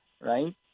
right